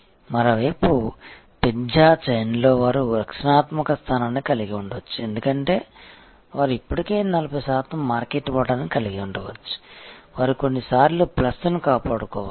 మరోవైపు పిజ్జా చైన్లో వారు రక్షణాత్మక స్థానాన్ని కలిగి ఉండవచ్చు ఎందుకంటే వారు ఇప్పటికే 40 శాతం మార్కెట్ వాటాను కలిగి ఉండవచ్చు వారు కొన్నిసార్లు ప్లస్ని కాపాడుకోవాలి